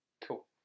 cool